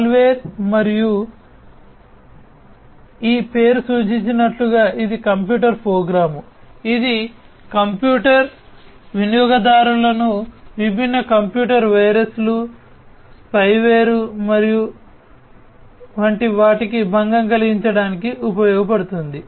malware మరియు ఈ పేరు సూచించినట్లు ఇది కంప్యూటర్ ప్రోగ్రామ్ ఇది కంప్యూటర్ కంప్యూటర్ వినియోగదారులను విభిన్న కంప్యూటర్ వైరస్లు స్పైవేర్ మరియు వంటి వాటికి భంగం కలిగించడానికి ఉపయోగించబడుతుంది